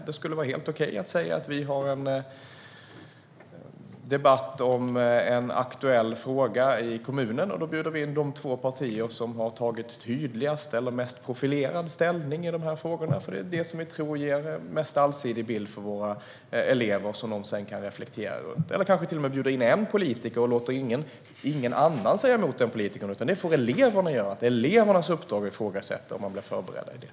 Det skulle vara helt okej att säga: Vi har en debatt om en aktuell fråga i kommunen och vill bjuda in de partier som har tagit tydligast eller mest profilerad ställning i frågan. Detta tror vi ger våra elever den mest allsidiga bilden att reflektera över. Man kanske till och med kan bjuda in endast en politiker och inte låta någon annan säga emot, utan det får eleverna göra. Deras uppdrag blir att efter förberedelser ifrågasätta politikern.